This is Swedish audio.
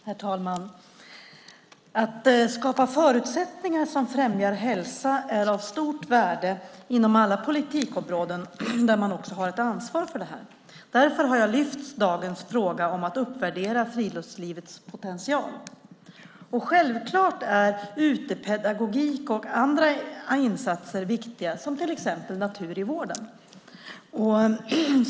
Herr talman! Att skapa förutsättningar som främjar hälsa är av stort värde inom alla politikområden, där man också har ett ansvar för det här. Jag har därför lyft fram dagens fråga om att uppvärdera friluftslivets potential. Självklart är utepedagogik och andra insatser viktiga som till exempel natur i vården.